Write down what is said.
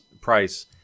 price